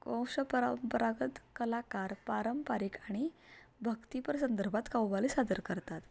वंश परंपरागत कलाकार पारंपरिक आणि भक्तीपर संदर्भात कव्वाली सादर करतात